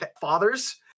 fathers